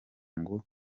ngo